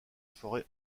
forêt